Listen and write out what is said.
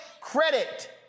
credit